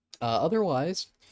otherwise